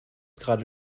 gerade